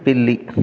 పిల్లి